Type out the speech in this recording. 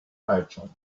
merchant